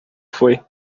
foi